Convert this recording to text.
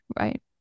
right